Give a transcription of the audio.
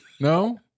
No